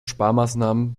sparmaßnahmen